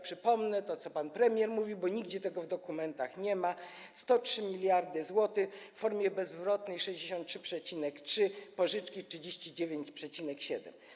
Przypomnę to, co pan premier mówi, bo nigdzie w dokumentach tego nie ma: 103 mld zł, w formie bezzwrotnej - 63,3, w formie pożyczki - 39,7.